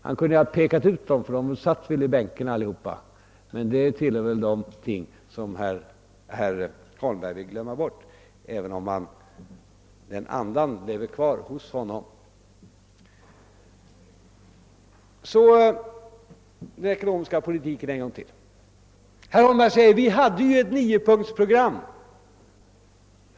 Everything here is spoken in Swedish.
Han kunde ju ha pekat ut dem, eftersom de väl satt i bänkarna allihop — men detta tillhör väl de ting som herr Holmberg vill glömma bort, även om den andan lever kvar hos honom. Så till den ekonomiska politiken än en gång. Herr Holmberg sade: » Vi har ju ett niopunktsprogram.